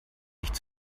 nicht